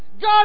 God